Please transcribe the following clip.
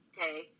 okay